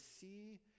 see